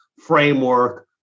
framework